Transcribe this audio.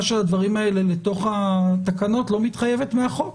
של הדברים האלה לתוך התקנות לא מתחייבת מהחוק.